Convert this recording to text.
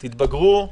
תתבגרו.